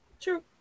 true